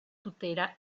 tutela